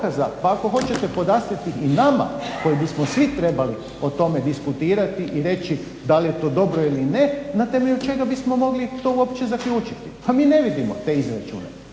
Pa ako hoćete podastrijeti i nama koji bismo svi trebali o tome diskutirati i reći da li je to dobro ili ne, na temelju čega bismo mogli to uopće zaključiti, a mi ne vidimo te izračune.